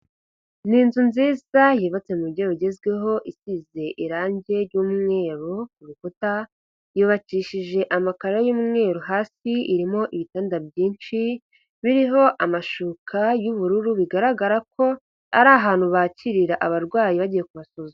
Ni inzu nziza yubatse buryo bugezweho isize irangi ry'umweru ku rukuta, yubakishije amakara y'umweru hasi irimo ibitanda byinshi biriho amashuka y'ubururu, bigaragara ko ari ahantu bakirira abarwayi bagiye kubasuzuma.